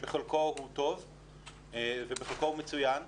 שבחלקו הוא טוב ובחלקו הוא מצוין ימשיך,